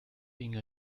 being